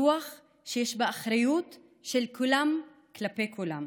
רוח שיש בה אחריות של כולם כלפי כולם.